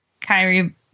Kyrie